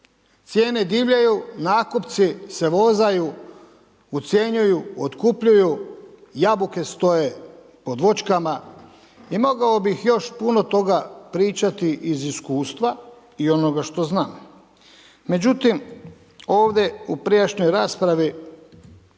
Cijene divljaju, nakupci se vozaju, ucjenjuju, otkupljuju, jabuke stoje pod voćkama. I mogao bih još puno toga pričati iz iskustva i onoga što znam. Međutim, ovdje u prijašnjoj raspravi